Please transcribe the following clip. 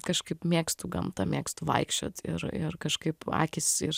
kažkaip mėgstu gamtą mėgstu vaikščiot ir ir kažkaip akys ir